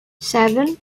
seven